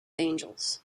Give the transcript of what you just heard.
angels